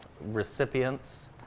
recipients